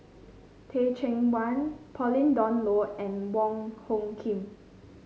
Teh Cheang Wan Pauline Dawn Loh and Wong Hung Khim